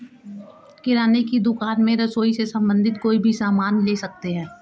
किराने की दुकान में रसोई से संबंधित कोई भी सामान ले सकते हैं